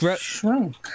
Shrunk